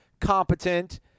competent